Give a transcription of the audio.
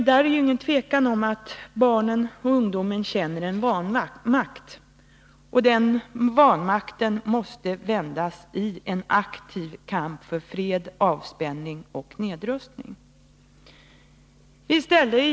Det är inget tvivel om att barnen och ungdomen känner en vanmakt. Den vanmakten måste vändas till en aktiv kamp för fred, avspänning och nedrustning.